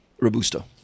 Robusto